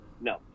no